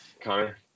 Connor